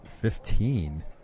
Fifteen